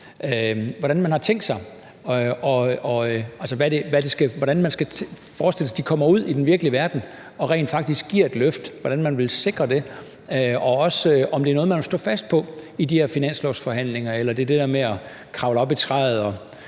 i ældreplejen, og hvordan man skal forestille sig, de kommer ud i den virkelige verden og rent faktisk giver et løft, altså hvordan vil man sikre det, og også, om det er noget, man vil stå fast på i de her finanslovsforhandlinger, eller om det er det der med at kravle op i træet